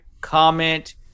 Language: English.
comment